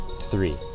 three